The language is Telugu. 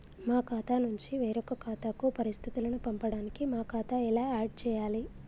మా ఖాతా నుంచి వేరొక ఖాతాకు పరిస్థితులను పంపడానికి మా ఖాతా ఎలా ఆడ్ చేయాలి?